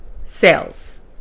Sales